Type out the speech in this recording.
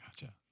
gotcha